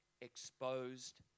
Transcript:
exposed